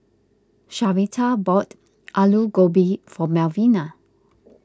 Sharita bought Alu Gobi for Melvina